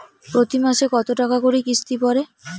প্রতি মাসে কতো টাকা করি কিস্তি পরে?